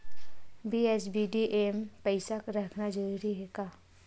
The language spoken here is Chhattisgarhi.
बी.एस.बी.डी.ए मा पईसा रखना जरूरी हे का?